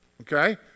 Okay